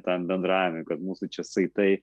tam bendravimui kad mūsų čia saitai